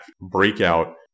Breakout